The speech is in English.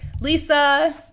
Lisa